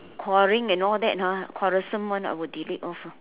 quarrelling and all that ha quarrelsome one I would delete off